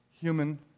human